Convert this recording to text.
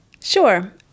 Sure